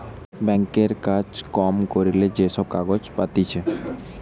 bank এ কাজ কম করিলে যে সব কাগজ পাতিছে